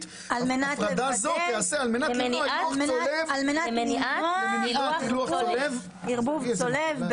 והפרדה זו תיעשה על מנת למנוע ערבוב צולב.